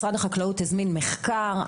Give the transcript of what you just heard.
משרד החקלאות הזמין מחקר.